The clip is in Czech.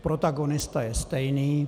Protagonista je stejný.